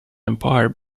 empire